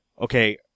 Okay